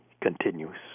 continues